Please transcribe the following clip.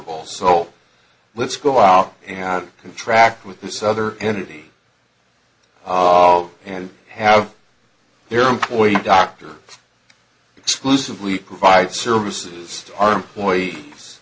all so let's go out and contract with this other entity and have their employee doctor exclusively provide services to our employees